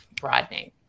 broadening